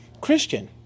Christian